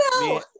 no